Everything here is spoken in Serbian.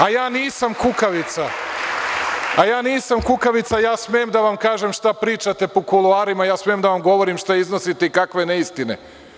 A ja nisam kukavica, ja nisam kukavica, ja smem da vam kažem šta pričate po kuloarima, ja smem da vam govorim šta iznosite i kakve neistine.